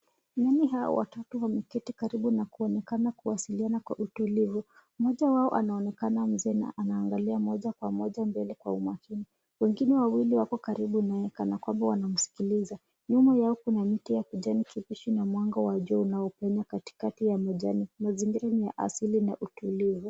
Nyani hao watatu wameketi karibu na kuonekana kuwasiliana kwa utulivu. Mmoja wao anaonekana mzee na anaangalia moja kwa moja mbele kwa umakini. Wengine wawili wako karibu naye kana kwamba wanamsikiliza. Nyuma yao kuna miti ya kijani kibichi na mwanga wa jua unaopenya katikati ya majani. Mazingira ni ya asili na utulivu.